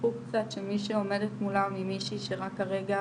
שכחו קצת שמי שעומדת מולם, היא מישהי שרק הרגע,